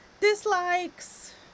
dislikes